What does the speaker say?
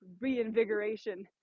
reinvigoration